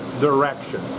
direction